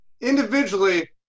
Individually